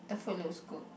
the food looks good